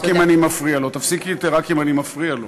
רק אם אני מפריע לו,